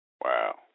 Wow